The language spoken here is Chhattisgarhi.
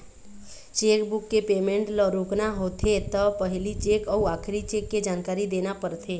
चेकबूक के पेमेंट ल रोकना होथे त पहिली चेक अउ आखरी चेक के जानकारी देना परथे